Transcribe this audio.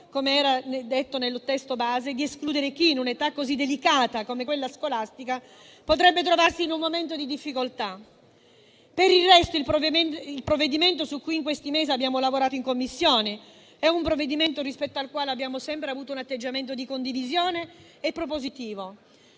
come detto nel testo base, di escludere chi in un'età così delicata come quella scolastica potrebbe trovarsi in un momento di difficoltà. Per il resto il provvedimento su cui in questi mesi abbiamo lavorato in Commissione è un provvedimento rispetto al quale abbiamo sempre avuto un atteggiamento di condivisione e propositivo.